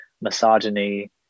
misogyny